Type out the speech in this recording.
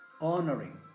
honoring